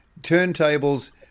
Turntables